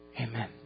Amen